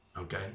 okay